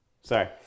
Sorry